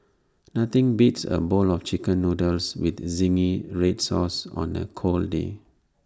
nothing beats A bowl of Chicken Noodles with Zingy Red Sauce on A cold day